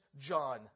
John